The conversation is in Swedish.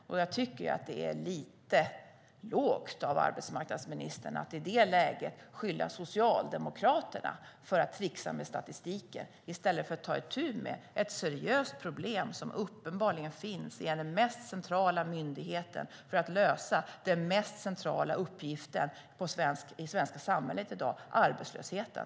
Och jag tycker att det är lite lågt av arbetsmarknadsministern att i detta läge skylla Socialdemokraterna för att tricksa med statistiken i stället för att ta itu med ett seriöst problem som uppenbarligen finns i den mest centrala myndigheten för att lösa den mest centrala uppgiften i det svenska samhället i dag, nämligen arbetslösheten.